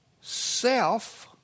self